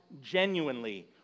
genuinely